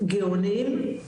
גאונים,